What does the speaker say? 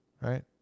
Right